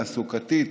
תעסוקתית,